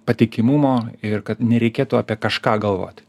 patikimumo ir kad nereikėtų apie kažką galvot